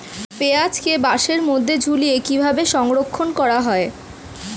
পেঁয়াজকে বাসের মধ্যে ঝুলিয়ে কিভাবে সংরক্ষণ করা হয়?